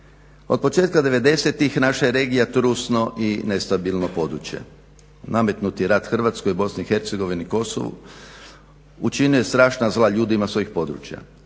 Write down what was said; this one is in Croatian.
od početka 90-tih naša regija je trusno i nestabilno područje, nametnut je rat Hrvatskoj, BIH, Kosovu učine strašna zla ljudima s ovih područja.